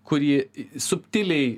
kurį subtiliai